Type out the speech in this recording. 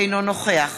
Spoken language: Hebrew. אינו נוכח